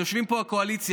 יושבים פה הקואליציה,